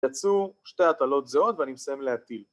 יצאו שתי התלות זהות ואני מסיים להטיל